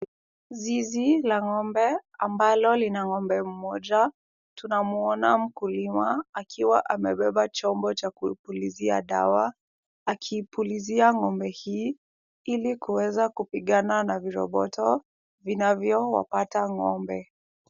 Zizi la ng'ombe ambalo lina ng'ombe mmoja. Tunamwona mkulima akiwa amebeba chombo cha kupulizia dawa akiipulizia ng'ombe hii ili kuweza kupigana na viroboto vinavyo wapata ng'ombe.